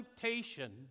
temptation